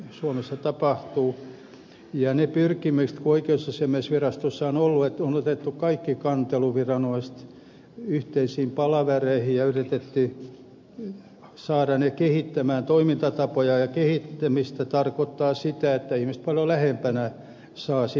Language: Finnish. ne pyrkimykset joita oikeusasiamiehen kansliassa on ollut että on otettu kaikki kanteluviranomaiset yhteisiin palavereihin ja yritetty saada ne kehittämään toimintatapojaan tarkoit tavat sitä että ihmiset paljon lähempänä saavat sitten apua